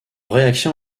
réaction